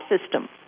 system